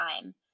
time